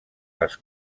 les